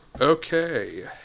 Okay